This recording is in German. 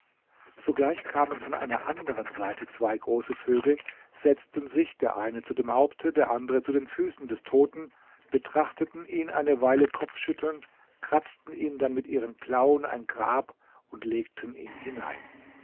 sogleich kamen von einer anderen seite zwei große vögel setzten sich der eine zu dem haupte der andere zu den füßen des toten betrachteten ihn eine weile kopfschüttelnd kratzten ihm dann mit ihren klauen ein grab und legten ihn hinein